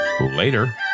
Later